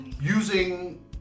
using